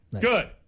Good